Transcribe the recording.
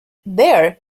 there